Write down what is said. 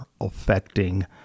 affecting